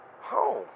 Home